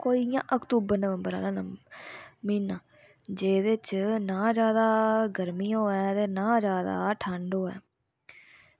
ओह् इंया अक्तूबर नवंबर आह्ला म्हीना जेह्दे च ना जादै गर्मी होऐ ते ना जादै ठंड होऐ